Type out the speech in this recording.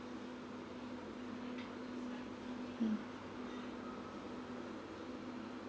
mm